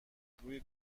روی